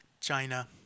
China